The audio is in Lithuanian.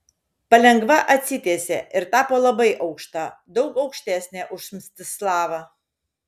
palengva atsitiesė ir tapo labai aukšta daug aukštesnė už mstislavą